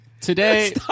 Today